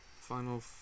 Final